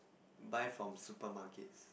buy from supermarkets